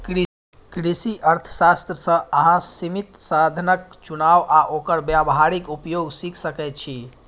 कृषि अर्थशास्त्र सं अहां सीमित साधनक चुनाव आ ओकर व्यावहारिक उपयोग सीख सकै छी